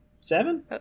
seven